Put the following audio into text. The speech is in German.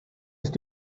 ist